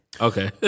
Okay